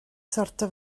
sortio